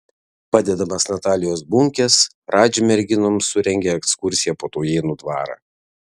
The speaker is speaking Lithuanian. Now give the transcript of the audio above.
padedamas natalijos bunkės radži merginoms surengė ekskursiją po taujėnų dvarą